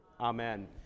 amen